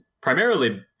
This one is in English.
primarily